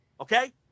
Okay